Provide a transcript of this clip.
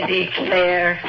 declare